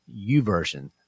uversion